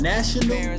National